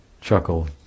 chuckle